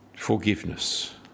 Forgiveness